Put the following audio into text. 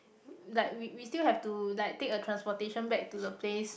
like we we still have to like take a transportation back to the place